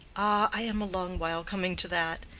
i am a long while coming to that.